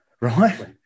Right